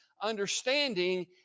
understanding